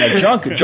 Junk